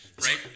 Right